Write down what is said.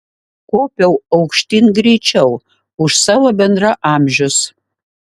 kopiau aukštyn greičiau už savo bendraamžius